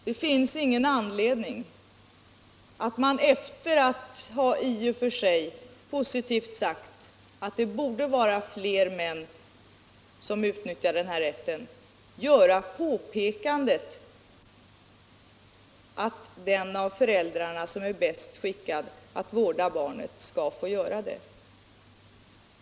Det finns ingen anledning att efter att i och för sig positivt ha sagt att fler män borde utnyttja denna rätt göra påpekandet att den av föräldrarna som är bäst skickad att vårda barnet skall göra det.